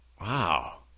Wow